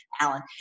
Alan